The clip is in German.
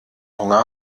hunger